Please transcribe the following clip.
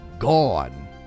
gone